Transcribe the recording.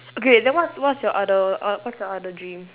okay then what's what's your other uh what's your other dream